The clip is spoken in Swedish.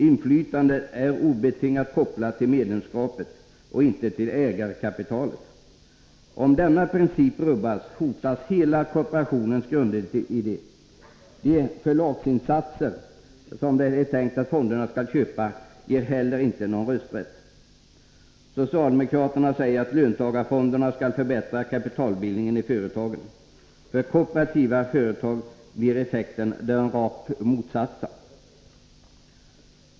Inflytandet är obetingat kopplat till medlemskapet och inte till ägarkapitalet. Om denna princip rubbas hotas hela kooperationens grundidé. De förlagsinsatser som det är tänkt att fonderna skall köpa ger heller inte någon rösträtt. Socialdemokraterna säger att löntagarfonderna skall förbättra kapitalbildningen i företagen. För kooperativa företag blir effekten den rakt motsatta.